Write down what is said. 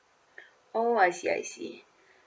oh I see I see